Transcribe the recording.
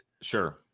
Sure